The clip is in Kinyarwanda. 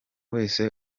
wese